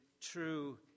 true